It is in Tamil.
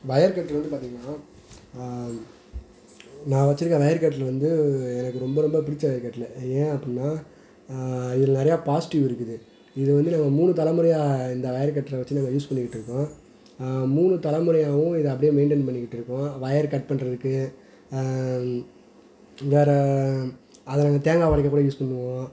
வயர் கட்ரு வந்து பார்த்திங்கன்னா நான் நான் வச்சுருக்க வயர் கட்ரு வந்து எனக்கு ரொம்ப ரொம்ப பிடிச்ச வயர் கட்ரு அது ஏன் அப்படின்னா இதில் நிறையா பாசிட்டிவ் இருக்குது இது வந்து நாங்கள் மூணு தலைமுறையா இந்த வயர் கட்ரை வச்சு நாங்கள் யூஸ் பண்ணிகிட்டுருக்கோம் ஆ மூணு தலைமுறையாகவும் இதை அப்படியே மெயின்டேன் பண்ணிட்டு இருக்கோம் வயர் கட் பண்ணுறதுக்கு வேறு அதை நாங்கள் தேங்காய் உடைக்க கூட யூஸ் பண்ணுவோம்